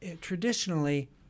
traditionally